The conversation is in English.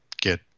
get